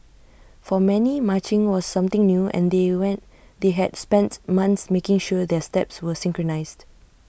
for many marching was something new and they when they had spent months making sure their steps were synchronised